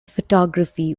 photography